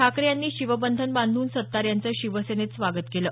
ठाकरे यांनी शिवबंधन बांधून सत्तार यांचं शिवसेनेत स्वागत केलं